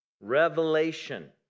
Revelation